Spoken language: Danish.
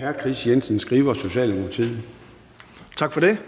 14:07 Kris Jensen Skriver (S): Tak for det.